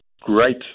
great